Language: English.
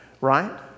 right